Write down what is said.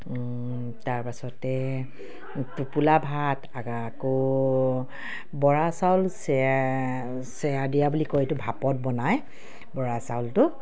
তাৰপাছতে টোপোলা ভাত আগ আকৌ বৰা চাউল চেৰ চেৰা দিয়া বুলি কয় এইটো ভাপত বনায় বৰা চাউলটো